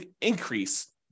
increase